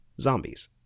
zombies